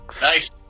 Nice